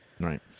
right